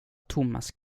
thomas